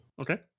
Okay